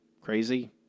Crazy